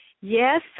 yes